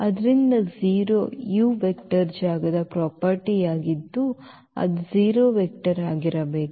ಆದ್ದರಿಂದ 0 u vector ಜಾಗದ property ಯಾಗಿದ್ದು ಅದು 0 ವೆಕ್ಟರ್ ಆಗಿರಬೇಕು